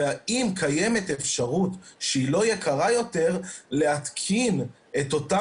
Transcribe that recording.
והאם קיימת אפשרות שהיא לא יקרה יותר להתקין את אותה